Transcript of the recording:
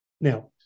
Now